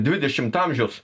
dvidešimto amžiaus